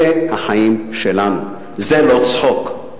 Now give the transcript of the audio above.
אלה החיים שלנו, זה לא צחוק.